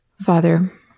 Father